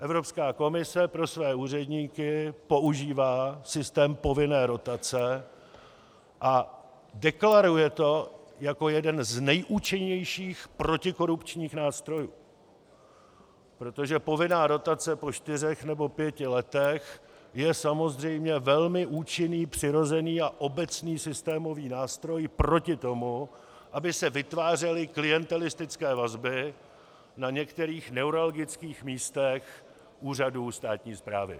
Evropská komise pro své úředníky používá systém povinné rotace a deklaruje to jako jeden z nejúčinnějších protikorupčních nástrojů, protože povinná rotace po čtyřech nebo pěti letech je samozřejmě velmi účinný, přirozený a obecný systémový nástroj proti tomu, aby se vytvářely klientelistické vazby na některých neuralgických místech úřadů státní správy.